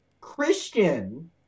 Christian